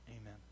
Amen